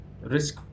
risk